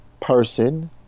person